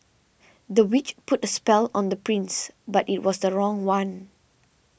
the witch put a spell on the prince but it was the wrong one